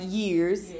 years